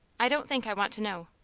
i don't think i want to know,